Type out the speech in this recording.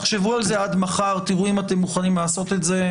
תחשבו על זה עד מחר ותראו אם אתם מוכנים לעשות את זה.